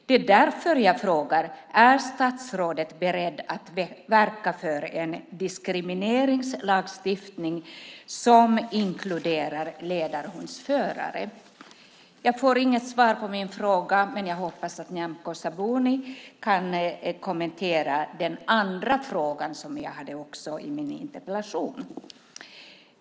Det är därför som jag frågar: Är statsrådet beredd att verka för en diskrimineringslagstiftning som inkluderar ledarhundsförare? Jag får inget svar på min fråga, men jag hoppas att Nyamko Sabuni kan kommentera den andra frågan som jag ställde i min interpellation.